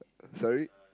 sorry